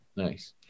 Nice